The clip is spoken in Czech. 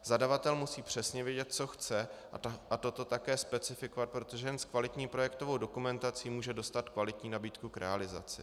Zadavatel musí přesně vědět, co chce, a toto také specifikovat, protože jen s kvalitní projektovou dokumentací může dostat kvalitní nabídku k realizaci.